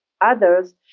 others